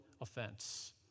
offense